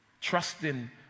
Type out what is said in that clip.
trusting